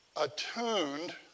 attuned